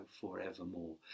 forevermore